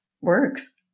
works